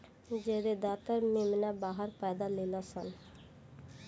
ज्यादातर मेमना बाहर पैदा लेलसन